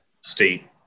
State